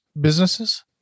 businesses